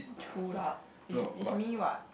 true lah it's it's me what